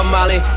Molly